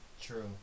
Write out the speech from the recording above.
true